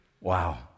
Wow